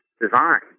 design